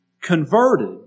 converted